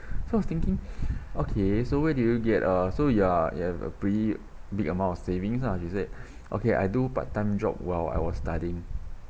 so I was thinking okay so where do you get uh so ya you have a pretty big amount of savings lah she said okay I do part time job while I was studying